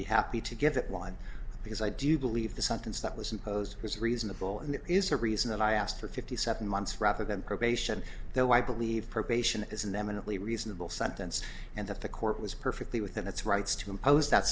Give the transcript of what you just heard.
be happy to give that one because i do believe the sentence that was imposed was reasonable and there is a reason that i asked for fifty seven months rather than probation though i believe probation is an eminently reasonable sentence and that the court was perfectly within its rights to impose that